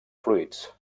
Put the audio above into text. fruits